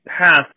path